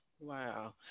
Wow